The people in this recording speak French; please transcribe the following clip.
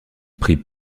prit